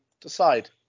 decide